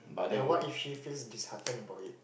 and what if she feels dishearten about it